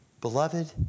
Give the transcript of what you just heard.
Beloved